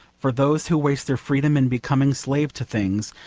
for those who waste their freedom in becoming slaves to things,